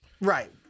Right